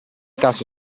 caso